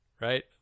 right